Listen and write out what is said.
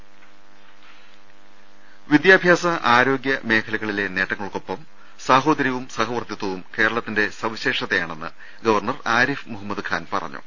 രുട്ടിട്ട്ട്ട്ട്ട്ട വിദ്യാഭ്യാസ ആരോഗ്യ മേഖലകളിലെ നേട്ടങ്ങൾക്കൊപ്പം സാഹോ ദരൃവും സഹവർത്തിത്വും കേരളത്തിന്റെ സവിശേഷതയാണെന്ന് ഗവർ ണർ ആരിഫ് മുഹമ്മദ് ഖാൻ പറഞ്ഞു